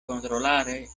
controllare